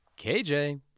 KJ